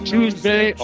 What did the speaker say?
Tuesday